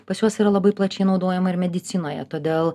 pas juos yra labai plačiai naudojama ir medicinoje todėl